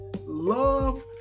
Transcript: love